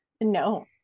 No